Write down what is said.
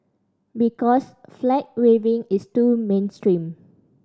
because flag waving is too mainstream